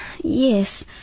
Yes